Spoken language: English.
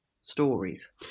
stories